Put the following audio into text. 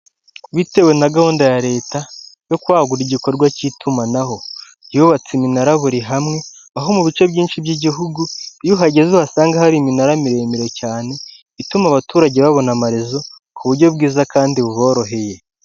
Bitewe na gahunda ya leta yo kwagura igikorwa cy'itumanaho, yubatse iminara buri hamwe, aho mu bice byinshi by'igihugu, iyo uhageze uhasanga hari iminara miremire cyane, ituma abaturage babona amarezo ku buryo bwiza kandi buboroheye.